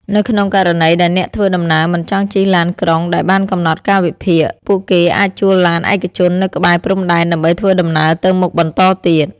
នៅក្នុងករណីដែលអ្នកធ្វើដំណើរមិនចង់ជិះឡានក្រុងដែលបានកំណត់កាលវិភាគ ពួកគេអាចជួលឡានឯកជននៅក្បែរព្រំដែនដើម្បីធ្វើដំណើរទៅមុខបន្តទៀត។